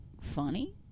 funny